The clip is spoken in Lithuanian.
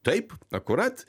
taip akurat